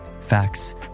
Facts